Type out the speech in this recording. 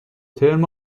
ترم